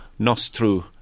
Nostru